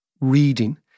reading